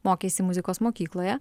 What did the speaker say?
mokeisi muzikos mokykloje